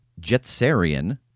Jetsarian